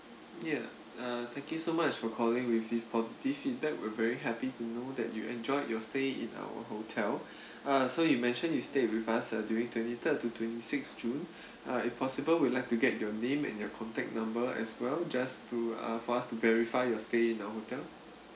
ya uh thank you so much for calling with this positive feedback we're very happy to know that you enjoyed your stay in our hotel uh so you mentioned you stayed with us uh during twenty third to twenty sixth june uh if possible we'd like to get your name and your contact number as well just to uh for us to verify your stay in our hotel